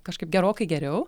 kažkaip gerokai geriau